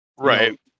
Right